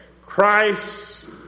Christ